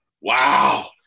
Wow